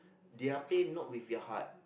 their pay not with their heart